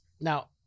Now